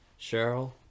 Cheryl